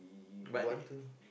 you want to